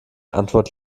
antwort